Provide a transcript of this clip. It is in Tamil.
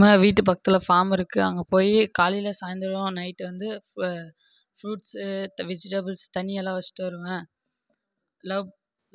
மா வீட்டு பக்கத்தில் ஃபார்ம் இருக்குது அங்கே போய் காலையில் சாயந்திரம் நைட்டு வந்து ஃப்ரூட்ஸ் வெஜிடபிள்ஸ் தண்ணி எல்லாம் வச்சுட்டு வருவேன் லவ்